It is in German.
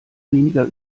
weniger